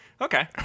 Okay